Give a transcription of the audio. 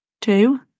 Two